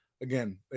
again